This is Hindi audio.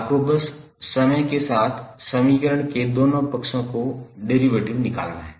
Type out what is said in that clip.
आपको बस समय के साथ समीकरण के दोनों पक्षों को डेरीवेटिव निकालना है